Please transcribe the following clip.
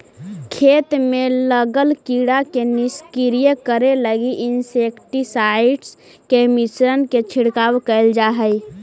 खेत में लगल कीड़ा के निष्क्रिय करे लगी इंसेक्टिसाइट्स् के मिश्रण के छिड़काव कैल जा हई